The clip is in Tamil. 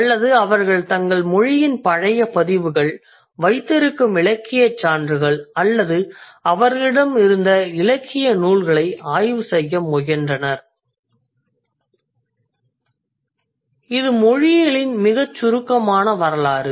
அல்லது அவர்கள் தங்கள் மொழியின் பழைய பதிவுகள் வைத்திருக்கும் இலக்கியச் சான்றுகள் அல்லது அவர்களிடம் இருந்த இலக்கிய நூல்களை ஆய்வு செய்ய முயன்றனர் இது மொழியியலின் மிகச் சுருக்கமான வரலாறு